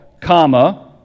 comma